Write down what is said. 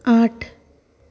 आठ